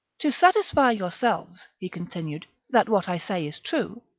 to satisfy yourselves, he continued, that what i say is true,